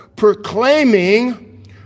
Proclaiming